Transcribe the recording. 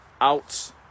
out